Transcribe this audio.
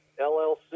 LLC